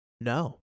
No